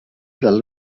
del